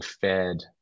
fed